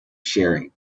sharing